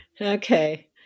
Okay